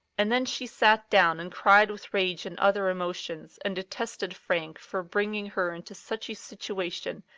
and then she sat down and cried with rage and other emotions, and detested frank for bring ing her into such a situation,